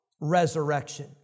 resurrection